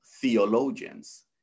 theologians